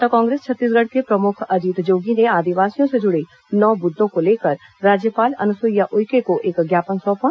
जनता कांग्रेस छत्तीसगढ़ के प्रमुख अजीत जोगी ने आदिवासियों से जुड़े नौ मुद्दों को लेकर राज्यपाल अनुसुईया उइके को एक ज्ञापन सौंपा